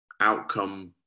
outcome